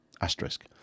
Asterisk